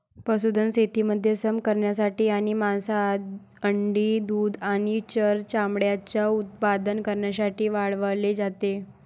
पशुधन शेतीमध्ये श्रम करण्यासाठी आणि मांस, अंडी, दूध आणि फर चामड्याचे उत्पादन करण्यासाठी वाढवले जाते